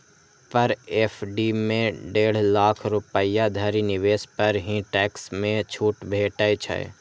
पर FD मे डेढ़ लाख रुपैया धरि निवेश पर ही टैक्स मे छूट भेटै छै